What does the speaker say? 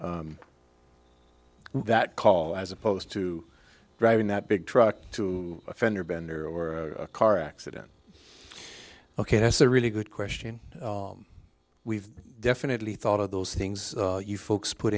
that that call as opposed to driving that big truck to a fender bender or a car accident ok that's a really good question we've definitely thought of those things you folks put